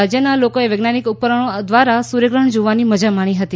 રાજ્યના લોકોએ વૈજ્ઞાનિક ઉપકરણો દ્વારા સૂર્યગ્રહણ જોવાની મજા માણી હતી